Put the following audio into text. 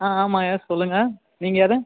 ஆ ஆமாம் எஸ் சொல்லுங்கள் நீங்கள் யார்